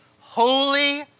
holy